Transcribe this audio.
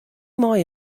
mei